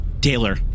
Taylor